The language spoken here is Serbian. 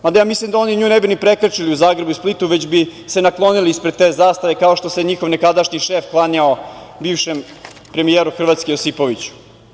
Mada, ja mislim da oni nju ne bi ni prekrečili u Zagrebu i u Splitu, već bi se naklonili ispred te zastave kao što se njihov nekadašnji šef klanjao bivšem premijeru Hrvatske, Josipoviću.